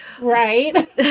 Right